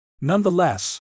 Nonetheless